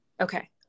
Okay